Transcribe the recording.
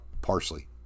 parsley